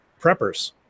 preppers